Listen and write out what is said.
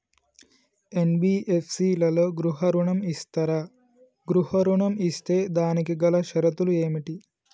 NBFC లలో గృహ ఋణం ఇస్తరా? గృహ ఋణం ఇస్తే దానికి గల షరతులు ఏమిటి?